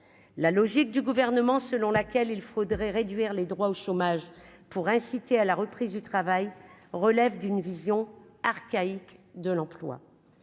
la logique du gouvernement selon laquelle il faudrait réduire les droits au chômage pour inciter à la reprise du travail relève d'une vision archaïque de l'emploi